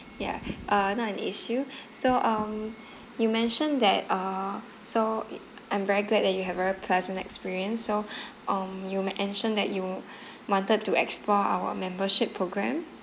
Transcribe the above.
ya uh not an issue so um you mentioned that uh so it I'm very glad that you had very pleasant experience so um you mentioned that you wanted to explore our membership programme